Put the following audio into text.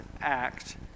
act